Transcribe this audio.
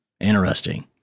Interesting